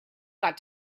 got